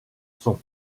son